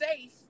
safe